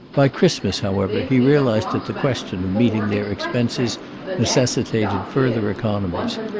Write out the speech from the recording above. by christmas, however, he realized that the question of meeting their expenses necessitated further economies,